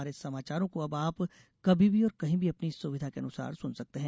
हमारे समाचारों को अब आप कभी भी और कहीं भी अपनी सुविधा के अनुसार सुन सकते हैं